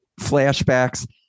flashbacks